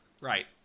Right